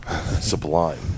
sublime